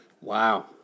wow